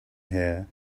hair